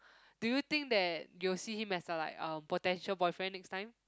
do you think that you'll see him as a like uh potential boyfriend next time